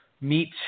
meet